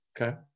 Okay